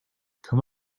come